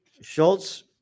Schultz